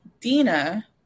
Dina